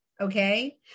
okay